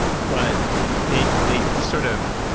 but they they sort of,